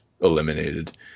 eliminated